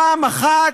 פעם אחת,